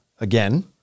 again